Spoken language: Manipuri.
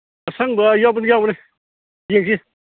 ꯑꯁꯪꯕ ꯌꯥꯎꯕꯅꯦ ꯌꯥꯎꯕꯅꯦ ꯌꯦꯡꯁꯤ